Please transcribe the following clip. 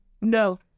No